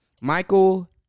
Michael